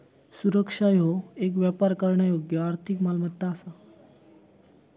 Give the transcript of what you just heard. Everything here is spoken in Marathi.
सुरक्षा ह्यो येक व्यापार करण्यायोग्य आर्थिक मालमत्ता असा